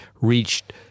reached